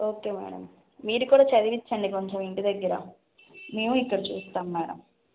okay madam మీరు కూడా చదివించండి కొంచెం ఇంటి దగ్గర మేమూ ఇక్కడ చూస్తాం మేడం